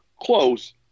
close